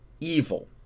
evil